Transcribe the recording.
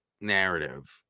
narrative